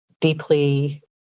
deeply